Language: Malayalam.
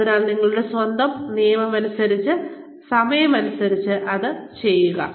അതിനാൽ നിങ്ങളുടെ സ്വന്തം സമയമനുസരിച്ച് അത് ചെയ്യുക